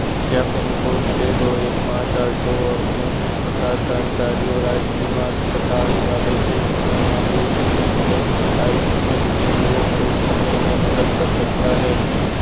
क्या pin code छः दो एक पाँच आठ दो और केंद्र प्रकार कर्मचारी राज्य बीमा अस्पताल वाले क्षेत्र में मौजूद ई एस आई सी केंद्रों को ढूँढने में मदद कर सकता है